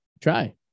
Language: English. Try